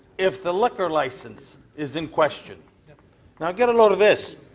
if the liquor license is in question. now get a load of this,